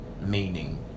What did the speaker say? meaning